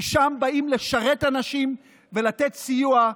כי שם באים לשרת אנשים ולתת סיוע,